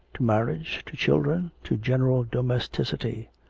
to marriage, to children, to general domesticity.